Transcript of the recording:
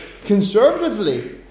conservatively